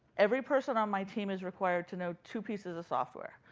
every person on my team is required to know two pieces of software.